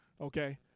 okay